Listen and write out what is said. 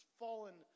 fallen